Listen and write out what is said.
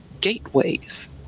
gateways